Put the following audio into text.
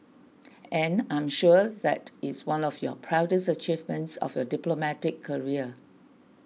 and I'm sure that is one of your proudest achievements of your diplomatic career